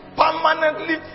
permanently